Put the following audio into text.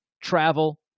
travel